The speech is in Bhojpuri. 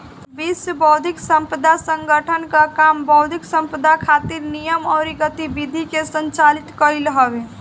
विश्व बौद्धिक संपदा संगठन कअ काम बौद्धिक संपदा खातिर नियम अउरी गतिविधि के संचालित कईल हवे